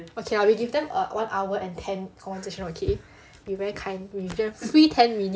okay lah we give them a one hour and ten conversation okay we very kind we give them free ten minutes